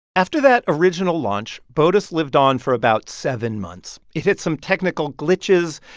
after that original launch, botus lived on for about seven months. it hit some technical glitches.